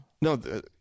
No